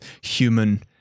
human